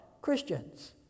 Christians